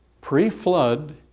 Pre-flood